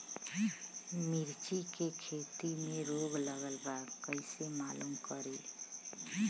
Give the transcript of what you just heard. मिर्ची के खेती में रोग लगल बा कईसे मालूम करि?